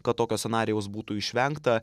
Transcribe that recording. kad tokio scenarijaus būtų išvengta